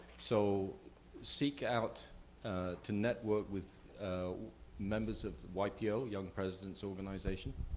so seek out to network with members of ypo, young presidents organization